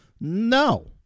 No